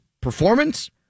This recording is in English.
performance